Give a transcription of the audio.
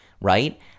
right